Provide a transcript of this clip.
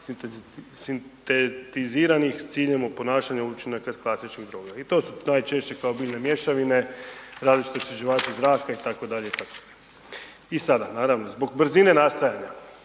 sintetiziranih s ciljem ponašanja učinaka s klasičnim …/Govornik se ne razumije./… i to su najčešće kao biljne mješavine, različite osvježivači zraka itd. itd. I sada, naravno, zbog brzine nastajanja